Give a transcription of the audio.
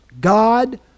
God